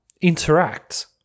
interact